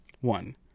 one